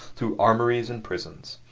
through armories and prisons.